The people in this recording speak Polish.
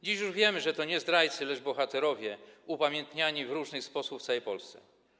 Dziś już wiemy, że to nie zdrajcy, lecz bohaterowie, upamiętniani w różny sposób w całej Polsce.